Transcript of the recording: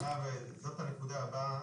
זאת הנקודה הבאה.